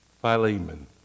Philemon